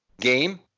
Game